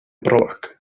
probak